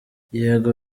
yego